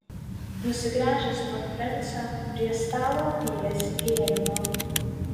nusigręžęs nuo frensio prie stalo pylėsi gėrimo